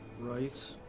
Right